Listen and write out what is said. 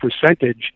percentage